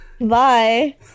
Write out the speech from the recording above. Bye